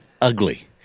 ugly